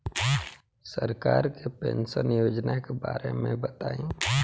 सरकार के पेंशन योजना के बारे में बताईं?